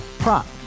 Prop